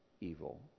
evil